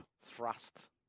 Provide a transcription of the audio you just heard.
thrust